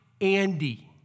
Andy